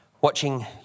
watching